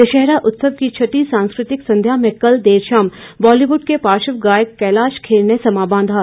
दशहरा उत्सव की छठी सांस्कृतिक संध्या में कल देर शाम बॉलीवुड के पार्श्व गायक कैलाश खेर ने समां बांधा